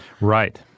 Right